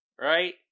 right